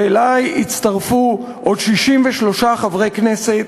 ואלי הצטרפו עוד 63 חברי כנסת,